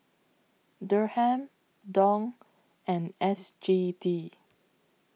Dirham Dong and S G D